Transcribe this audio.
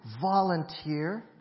volunteer